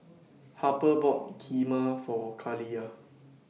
Harper bought Kheema For Kaliyah